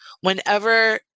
Whenever